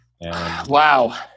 Wow